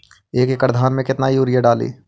एक एकड़ धान मे कतना यूरिया डाली?